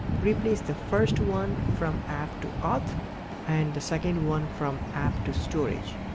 replace the first one from app to auth and the second one from app to storage.